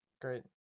Great